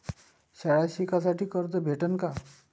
शाळा शिकासाठी कर्ज भेटन का?